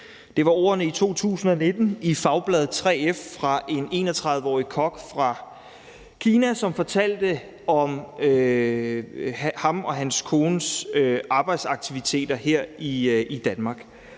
Det var ordene i 2019 i Fagbladet 3F fra en 31-årig kok fra Kina, som fortalte om sine og hans kones arbejdsaktiviteter her i Danmark.